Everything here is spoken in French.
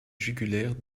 jugulaires